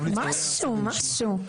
משהו, משהו.